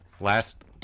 Last